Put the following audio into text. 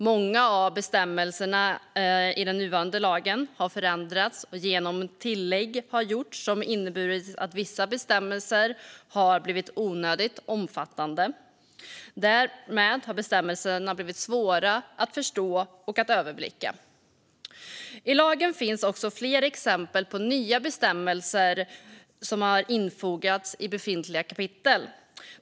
Många av bestämmelserna i den nuvarande lagen har förändrats, och tillägg har gjorts som inneburit att vissa bestämmelser har blivit onödigt omfattande. Därmed har bestämmelserna blivit svåra att förstå och överblicka. I lagen finns flera exempel på att nya bestämmelser har infogats i befintliga kapitel.